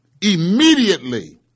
immediately